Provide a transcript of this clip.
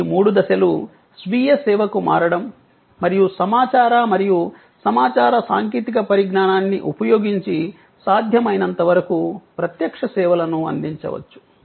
ఈ మూడు దశలు స్వీయ సేవకు మారడం మరియు సమాచార మరియు సమాచార సాంకేతిక పరిజ్ఞానాన్ని ఉపయోగించి సాధ్యమైనంతవరకు ప్రత్యక్ష సేవలను అందించవచ్చు